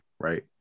right